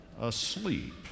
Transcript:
asleep